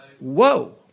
Whoa